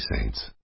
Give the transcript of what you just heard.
Saints